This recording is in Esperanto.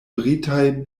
britaj